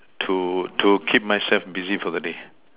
to to keep myself busy for the day